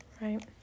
Right